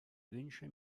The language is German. wünsche